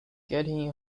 getting